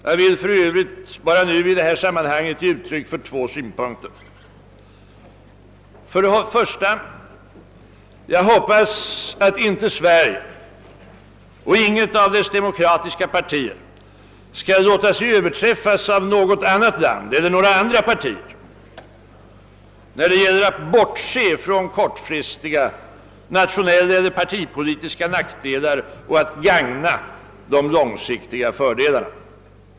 Jag vill i övrigt nu bara ge uttryck för två synpunkter i detta sammanhang. Jag hoppas för det första att varken Sverige eller något av dess demokratiska partier skall låta sig överträffas av något annat land eller några andra partier när det gäller att bortse från kortsiktiga nationella eller partipolitiska nackdelar och att gagna de långsiktiga fördelarna.